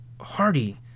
Hardy